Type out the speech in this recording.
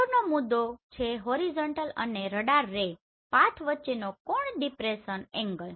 આગળનો મુદ્દો છે હોરિઝોન્ટલ અને રડાર રે પાથ વચ્ચેનો કોણ ડિપ્રેસન એંગલ